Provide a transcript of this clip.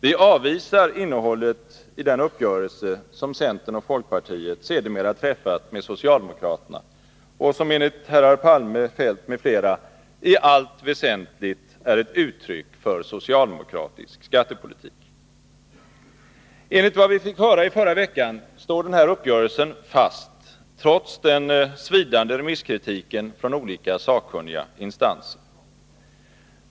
Vi avvisar innehållet i den uppgörelse som centern och folkpartiet sedermera träffat med socialdemokraterna och som enligt herrar Palme, Feldt m.fl. i allt väsentligt är ett uttryck för socialdemokratisk skattepolitik. Enligt vad vi fick höra i förra veckan står uppgörelsen fast trots den svidande remisskritiken från olika sakkunniga instanser.